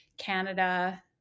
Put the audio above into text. Canada